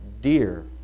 dear